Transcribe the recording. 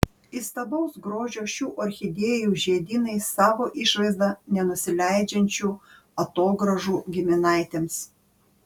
įstabaus grožio šių orchidėjų žiedynai savo išvaizda nenusileidžiančių atogrąžų giminaitėms